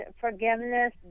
Forgiveness